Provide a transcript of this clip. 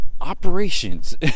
operations